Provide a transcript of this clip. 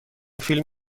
فیلم